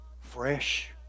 fresh